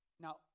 Now